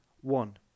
One